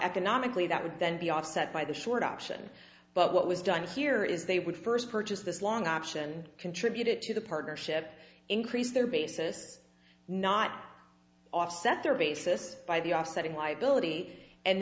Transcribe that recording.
economically that would then be offset by the short option but what was done here is they would first purchase this long option contributed to the partnership increase their basis not offset their basis by the offsetting liability and